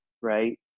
right